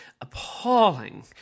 appalling